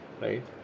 right